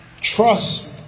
Trust